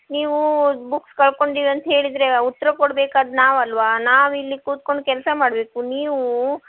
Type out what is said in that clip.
ನೀವು ಬುಕ್ಸ್ ಕಳ್ಕೊಂಡಿರ ಅಂತ್ಹೇಳಿದರೆ ಉತ್ತರ ಕೊಡ್ಬೇಕಾದ್ದು ನಾವು ಅಲ್ಲವಾ ನಾವು ಇಲ್ಲಿ ಕೂತ್ಕೊಂಡು ಕೆಲಸ ಮಾಡಬೇಕು ನೀವು